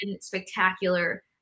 Spectacular